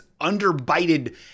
underbited